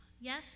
yes